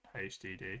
HDD